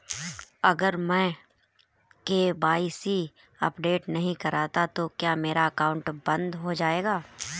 अगर मैं KYC update नहीं करता तो क्या मेरा अकाउंट बंद हो जाएगा?